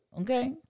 okay